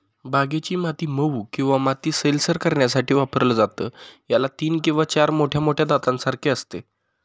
बागेची माती मऊ किंवा माती सैलसर करण्यासाठी वापरलं जातं, याला तीन किंवा चार मोठ्या मोठ्या दातांसारखे असते